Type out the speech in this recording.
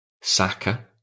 Saka